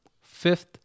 Fifth